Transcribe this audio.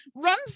runs